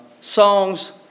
songs